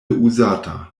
uzata